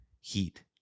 heat